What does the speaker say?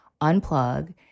unplug